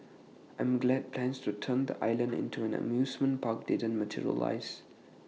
I'm glad plans to turn the island into an amusement park didn't materialise